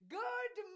good